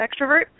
extrovert